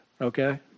Okay